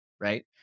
Right